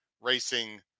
racing